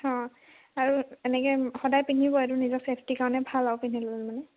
অঁ আৰু এনেকৈ সদায় পিন্ধিব আৰু এইটো নিজৰ চেফ্টিৰ কাৰণে ভাল আৰু পিন্ধিলে মানে